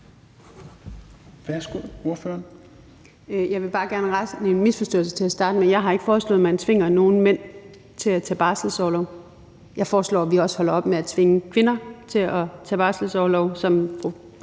Jeg vil bare gerne rette en misforståelse til at starte med. Jeg har ikke foreslået, at man tvinger nogen mænd til at tage barselsorlov. Jeg foreslår, at vi også holder op med at tvinge kvinder til at tage barselsorlov,